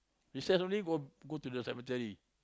recess only go go to the cemetery